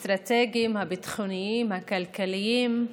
האסטרטגיים, הביטחוניים, הכלכליים,